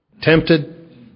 Tempted